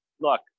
look